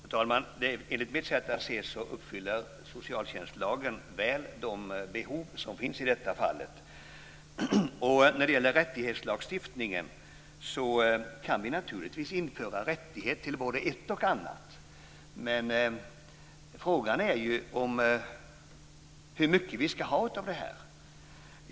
Fru talman! Enligt mitt sätt att se tillgodoser socialtjänstlagen väl de behov som finns i detta fall. När det gäller rättighetslagstiftning vill jag säga att vi naturligtvis kan införa rätt till både ett och annat, men frågan är ju hur mycket vi ska ha av detta.